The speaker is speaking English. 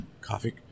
Coffee